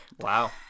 wow